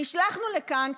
נשלחנו לכאן,